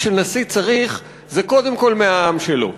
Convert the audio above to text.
שנשיא צריך זה קודם כול מהעם שלו,